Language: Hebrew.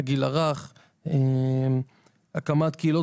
התנדבויות עם הגיל הרך והקמת קהילות